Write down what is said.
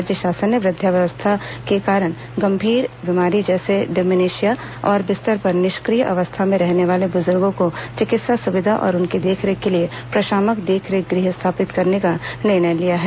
राज्य शासन ने वृद्धावस्था के कारण गंभीर बीमारी जैसे डेमेंशिया और बिस्तर पर निष्क्रिय अवस्था में रहने वाले बुजुर्गो को चिकित्सा सुविधा और उनकी देखरेख के लिए प्रशामक देखरेख गृह स्थापित करने का निर्णय लिया है